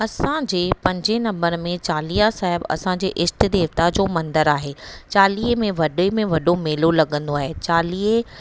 असांजे पंजे नंबर में चालीहा साहिब असांजे इष्ट देवता जो मंदरु आहे चालीहे में वॾे में वॾो मेलो लॻंदो आहे